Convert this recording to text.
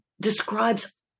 describes